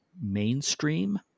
mainstream